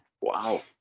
Wow